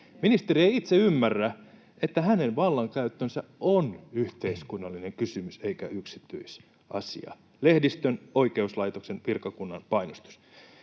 Ministeri ei itse ymmärrä, että hänen vallankäyttönsä on yhteiskunnallinen kysymys eikä yksityisasia — lehdistön, oikeuslaitoksen, virkakunnan painostus.